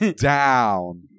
down